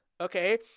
okay